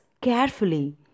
carefully